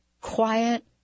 quiet